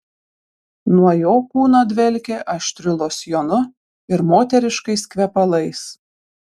nuo jo kūno dvelkė aštriu losjonu ir moteriškais kvepalais